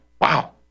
Wow